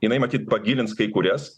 jinai matyt pagilins kai kurias